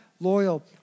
loyal